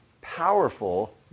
powerful